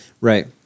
Right